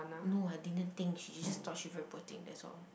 no I didn't think she just thought she very poor thing that's all